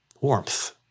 warmth